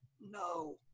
No